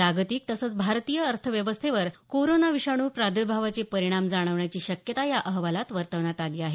जागतिक तसंच भारतीय अर्थव्यवस्थेवर कोरोना विषाणू प्रादुर्भावाचे परिणाम जाणवण्याची शक्यता या अहवालात वर्तवण्यात आली आहे